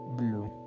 blue